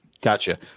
Gotcha